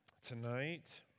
tonight